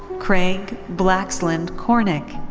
craig blaxland cornick.